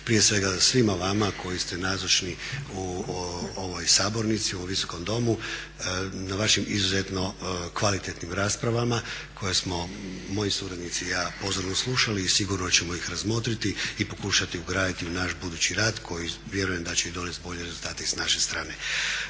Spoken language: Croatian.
Prije svega svima vama koji ste nazočni u ovoj sabornici, u ovom Visokom domu na vašim izuzetno kvalitetnim raspravama koje smo moji suradnici i ja pozorno slušali i sigurno ćemo ih razmotriti i pokušati ugraditi u naš budući rad koji vjerujem da će donest bolje rezultate i s naše strane.